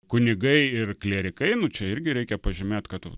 kunigai ir klierikai nu čia irgi reikia pažymėt kad